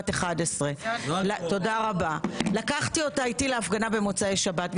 היא בת 11. לקחתי אותה איתי להפגנה במוצאי שבת.